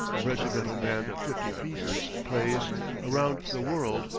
a regimental band of fifty pieces plays around the world,